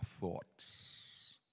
thoughts